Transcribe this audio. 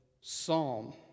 psalm